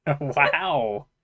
Wow